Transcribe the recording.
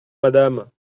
madame